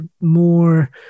more